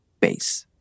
base